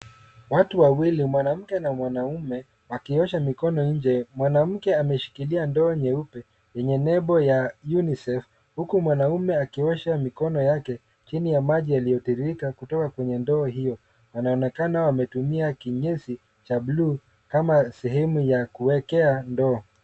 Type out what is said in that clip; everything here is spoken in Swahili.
Watu wawili mwanamke na mwanaume wakiosha mikono nje. Mwanamke ameshikilia ndoo nyeupe yenye nebo ya Unicef huku mwanaume akiosha mikono yake chini ya maji yaliyotiririka kutoka kwenye ndoo hio. Wanaonekana wametumia kinyesi cha bluu kama sehemu ya kuwekea ndio.